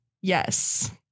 Yes